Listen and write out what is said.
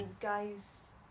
guys